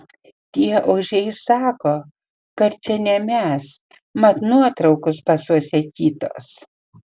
tie ožiai sako kad čia ne mes mat nuotraukos pasuose kitos